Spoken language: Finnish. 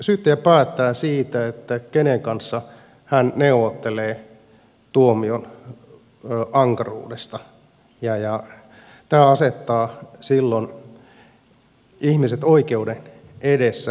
syyttäjä päättää siitä kenen kanssa hän neuvottelee tuomion ankaruudesta ja tämä asettaa silloin ihmiset oikeuden edessä erilaiseen asemaan